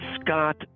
Scott